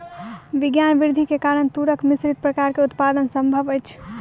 विज्ञान वृद्धि के कारण तूरक मिश्रित प्रकार के उत्पादन संभव अछि